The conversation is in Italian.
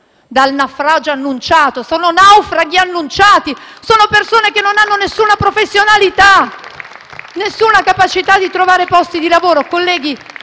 dal naufragio annunciato: sono naufraghi annunciati, sono persone che non hanno alcuna professionalità, alcuna capacità di trovare posti di lavoro.